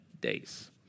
days